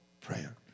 prayer